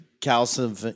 calcium